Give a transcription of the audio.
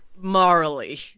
Morally